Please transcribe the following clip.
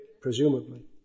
presumably